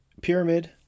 pyramid